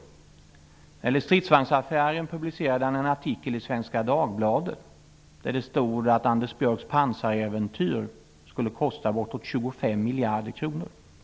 När det gällde stridsvagnsaffären publicerade han en artikel i Svenska Dagbladet där det stod att Anders Björcks pansaräventyr skulle kosta bortåt 25 miljarder kronor.